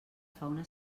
fauna